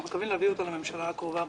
אנחנו מקווים להביא אותה לממשלה הקרובה.